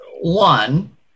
one